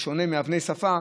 בשונה מאבני שפה,